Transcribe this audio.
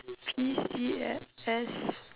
P_C_S